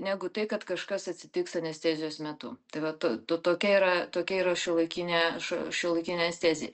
negu tai kad kažkas atsitiks anestezijos metu tai vat to tokia yra tokia yra šiuolaikinė šiuo šiuolaikinė stezij